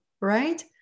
right